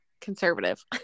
conservative